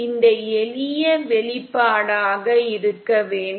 இது எளிய வெளிப்பாடாக இருக்க வேண்டும்